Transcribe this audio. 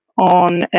on